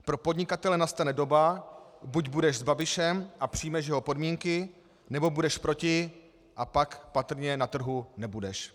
Pro podnikatele nastane doba: buď budeš s Babišem a přijmeš jeho podmínky, nebo budeš proti, a pak patrně na trhu nebudeš.